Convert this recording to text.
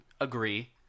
agree